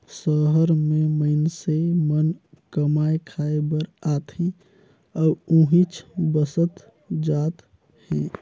सहर में मईनसे मन कमाए खाये बर आथे अउ उहींच बसत जात हें